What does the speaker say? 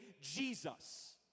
Jesus